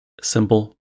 simple